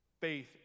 Faith